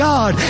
God